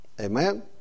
Amen